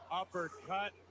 uppercut